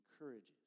encourages